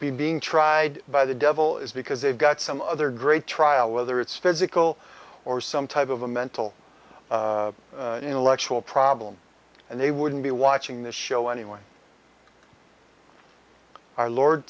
be being tried by the devil is because they've got some other great trial whether it's physical or some type of a mental or intellectual problem and they wouldn't be watching the show anyway our lord